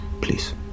Please